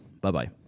Bye-bye